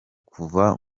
kuva